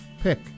pick